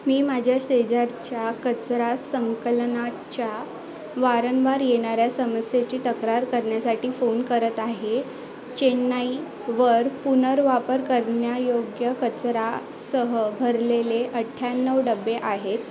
मी माझ्या शेजारच्या कचरा संकलनाच्या वारंवार येणाऱ्या समस्येची तक्रार करण्यासाठी फोन करत आहे चेन्नईवर पुनर्वापर करण्यायोग्य कचरासह भरलेले अठ्ठ्याण्णव डबे आहेत